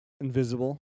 invisible